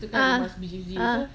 ah ah